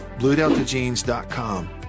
BlueDeltaJeans.com